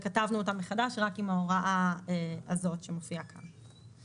כתבנו אותן מחדש רק עם ההוראה הזאת שמופיעה כאן.